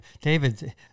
David